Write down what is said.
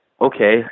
okay